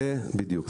בדיוק.